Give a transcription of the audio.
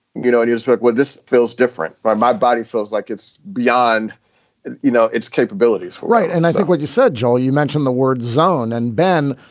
you know, here's what what this feels different. my my body feels like it's beyond you know its capabilities right. and i think, like you said, joel, you mentioned the word zone. and ben,